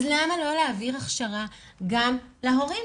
אז למה לא להעביר הכשרה גם להורים,